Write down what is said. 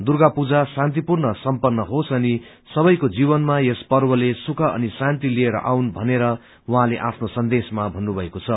दुर्गा पूजा शान्तिपूर्ण सम्पन्न होस अनि सबैको जीवनमा यस पर्वले सुख शान्ति लिएर आउन् भनेर उहाँले आफ्नो सन्देशमा भन्नुभएको छ